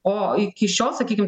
o iki šiol sakykim